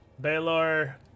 Baylor